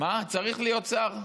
צריך להיות שר.